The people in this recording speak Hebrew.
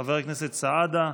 חבר הכנסת סעדה.